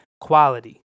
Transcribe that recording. quality